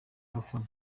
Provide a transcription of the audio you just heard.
abafana